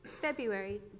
February